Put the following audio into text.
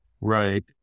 Right